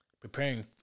preparing